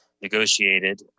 negotiated